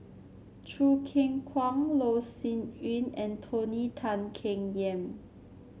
Choo Keng Kwang Loh Sin Yun and Tony Tan Keng Yam